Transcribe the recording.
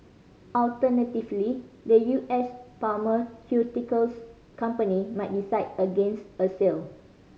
alternatively the U S pharmaceuticals company might decide against a sale